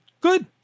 good